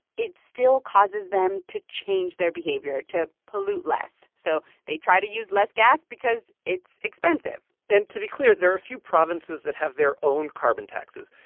it still causes them to change their behavior to pollute less. so they try to use less gas because it's expensive and to be clear, there are a few provinces that have their own carbon taxes.